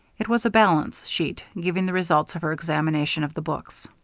it was a balance sheet, giving the results of her examination of the books.